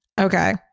Okay